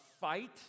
fight